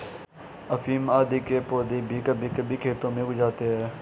अफीम आदि के पौधे भी कभी कभी खेतों में उग जाते हैं